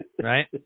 Right